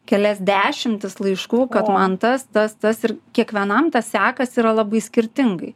kelias dešimtis laiškų kad man tas tas tas ir kiekvienam tas sekasi yra labai skirtingai